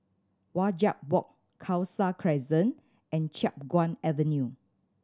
Wajek Walk Khalsa Crescent and Chiap Guan Avenue